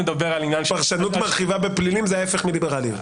פרשנות מרחיבה בפלילים זה ההפך מליברליות.